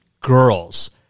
girls